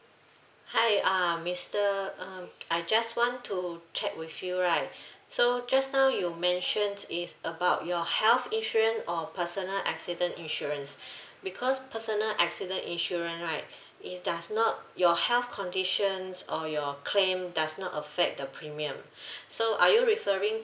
hi uh mister um I just want to check with you right so just now you mentioned is about your health insurance or personal accident insurance because personal accident insurance right it does not your health conditions or your claim does not affect the premium so are you referring